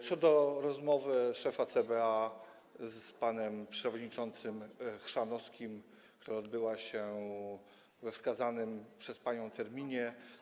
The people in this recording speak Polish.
Co do rozmowy szefa CBA z panem przewodniczącym Chrzanowskim, to odbyła się ona we wskazanym przez panią terminie.